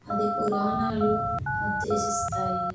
అది పురాణాలు ఉద్దేశిస్తాయి